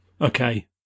Okay